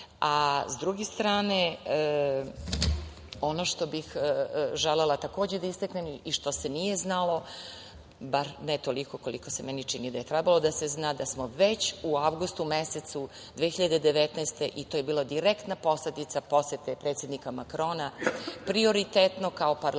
druge strane, ono što bih želela takođe da istaknem, što se nije znalo, bar ne toliko koliko se meni čini da je trebalo da se zna, jeste da smo već u avgustu mesecu 2019. godine, i to je bila direktna posledica posete predsednika Makrona, prioritetno, kao parlament,